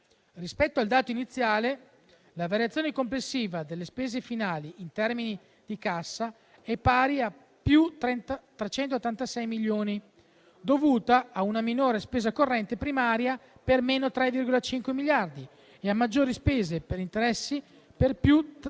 Rispetto al dato iniziale, la variazione complessiva delle spese finali in termini di cassa è pari a +386 milioni di euro, dovuta a una minore spesa corrente primaria per -3,5 miliardi di euro e a maggiori spese per interessi per +3,3 miliardi